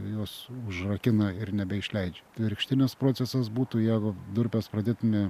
juos užrakina ir nebeišleidžia atvirkštinis procesas būtų jeigu durpes pradėtumė